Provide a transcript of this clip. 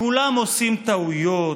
כולם עושים טעויות.